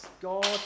God